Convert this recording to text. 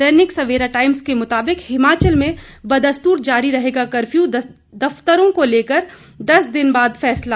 दैनिक Savera Times के मुताबिक हिमाचल में बदस्तूर जारी रहेगा कर्फ्यू दफ्तरों को लेकर दस दिन बाद फैसला